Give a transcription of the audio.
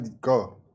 go